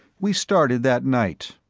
we started that night,